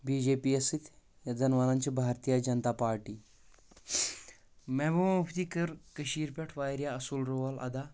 B J P یس سۭتۍ یتھ زَن ونن چھِ بھارتیا جنتا پارٹی محبوبا مفتی کٔر کٔشیٖر پٮ۪ٹھ واریاہ اصل رول ادا